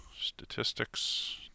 Statistics